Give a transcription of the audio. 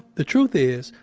the truth is,